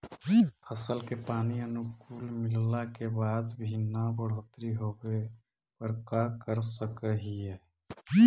फसल के पानी अनुकुल मिलला के बाद भी न बढ़ोतरी होवे पर का कर सक हिय?